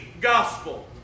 gospel